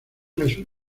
jesús